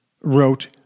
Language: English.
wrote